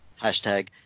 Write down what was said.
Hashtag